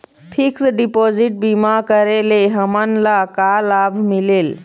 Fix deposit बीमा करे ले हमनला का लाभ मिलेल?